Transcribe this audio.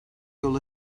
yol